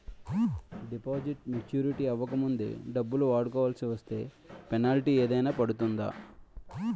Deposit maturity అవ్వక ముందే డబ్బులు వాడుకొవాల్సి వస్తే పెనాల్టీ ఏదైనా పడుతుందా?